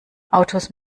autos